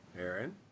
Aaron